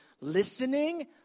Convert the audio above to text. listening